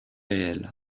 réels